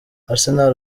arsenal